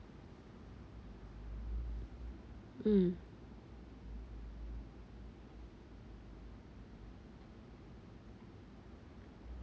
mm